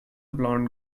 blonde